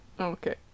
Okay